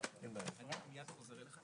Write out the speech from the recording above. נעולה.